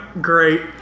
great